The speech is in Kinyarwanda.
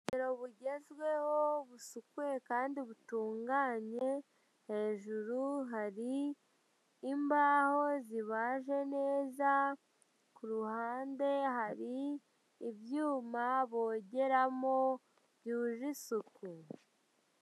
Ubwiherero bugezweho, busukuye kandi butunganye, hejuru hari imbaho zibaje neza, ku ruhande hari ibyuma bogeramo byuje isuku.